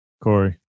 Corey